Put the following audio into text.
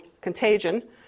contagion